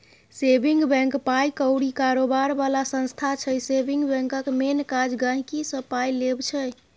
saving bank पाइ कौरी कारोबार बला संस्था छै सेबिंग बैंकक मेन काज गांहिकीसँ पाइ लेब छै